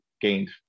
gained